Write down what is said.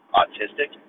autistic